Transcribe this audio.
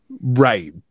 right